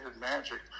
magic